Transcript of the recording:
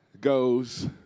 goes